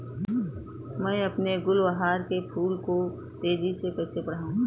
मैं अपने गुलवहार के फूल को तेजी से कैसे बढाऊं?